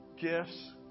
gifts